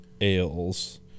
Ales